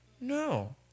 No